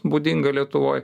būdinga lietuvoj